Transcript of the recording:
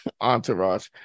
entourage